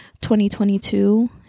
2022